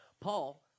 Paul